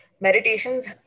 Meditations